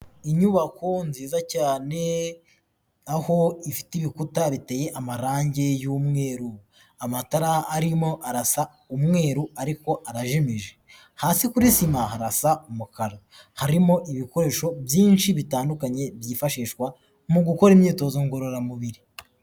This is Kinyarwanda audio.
Inyubako nziza cyane aho ifite ibikuta biteye amarange y'umweru, amatara arimo arasa umweru ariko arajimije, hasi kuri sima harasa umukara, harimo ibikoresho byinshi bitandukanye byifashishwa mu gukora imyitozo ngororamubiri.